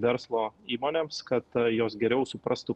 verslo įmonėms kad jos geriau suprastų